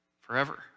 forever